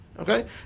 Okay